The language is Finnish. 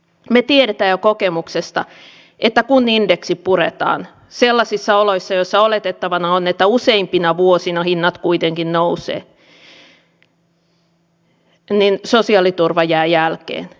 me tiedämme jo kokemuksesta että kun indeksi puretaan sellaisissa oloissa joissa oletettavana on että useimpina vuosina hinnat kuitenkin nousevat sosiaaliturva jää jälkeen